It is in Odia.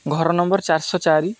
ଘର ନମ୍ବର ଚାରିଶହ ଚାରି